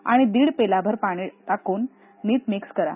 आणि दीड पेला पाणी टाकून नीट मिक्स करा